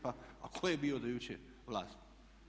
Pa tko je bio do jučer vlast?